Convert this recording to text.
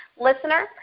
listener